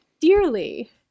dearly